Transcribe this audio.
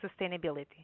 Sustainability